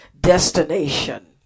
Destination